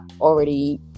already